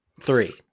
Three